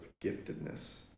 giftedness